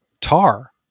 tar